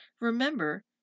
remember